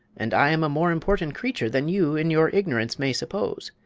and i am a more important creature than you, in your ignorance, may suppose.